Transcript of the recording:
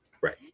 Right